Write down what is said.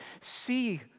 see